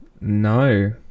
No